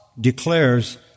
declares